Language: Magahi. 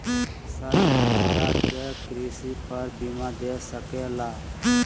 सर हमरा के कृषि पर बीमा दे सके ला?